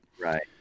Right